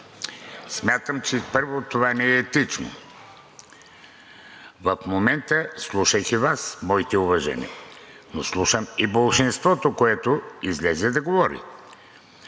Смятам, че, първо, това не е етично. В момента, слушайки Вас, моите уважения, но слушам и болшинството, което излезе да говори.